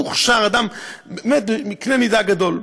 מוכשר, אדם באמת בקנה מידה גדול.